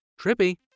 Trippy